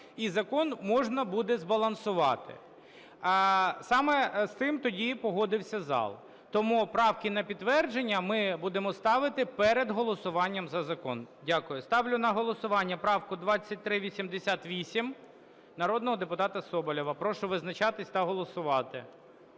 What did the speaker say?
і закон можна буде збалансувати. Саме з тим тоді погодився зал. Тому правки на підтвердження ми будемо ставити перед голосуванням за закон. Дякую. Ставлю на голосування правку 2388 народного депутата Соболєва. Прошу визначатися та голосувати.